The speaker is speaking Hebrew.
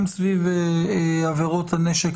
גם סביב עבירות הנשק,